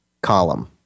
column